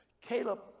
Caleb